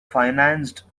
financed